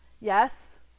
Yes